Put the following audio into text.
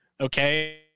okay